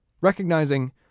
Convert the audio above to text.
Recognizing